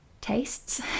tastes